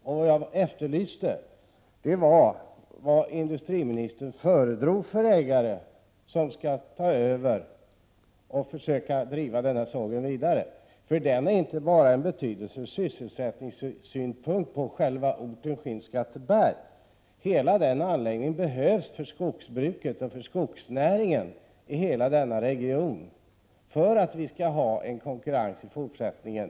Och vad jag efterlyste var vad industriministern föredrog för ägare, som skall ta över och försöka driva sågen vidare. Det har betydelse inte bara ur sysselsättningssynpunkt för själva orten Skinnskatteberg, utan hela anläggningen behövs för skogsbruket och skogsnäringen i hela regionen, för att vi skall ha en konkurrens i fortsättningen.